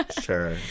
Sure